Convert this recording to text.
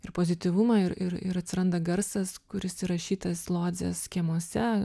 ir pozityvumą ir ir ir atsiranda garsas kuris įrašytas lodzės kiemuose